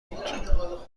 بود